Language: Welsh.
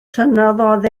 tynnodd